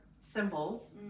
symbols